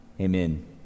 Amen